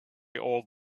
all